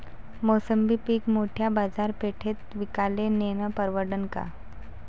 मोसंबी पीक मोठ्या बाजारपेठेत विकाले नेनं परवडन का?